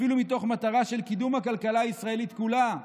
אפילו מתוך מטרה של קידום הכלכלה הישראלית כולה,